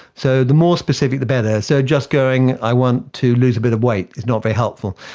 so the more specific the better. so just going i want to lose a bit of weight is not very helpful.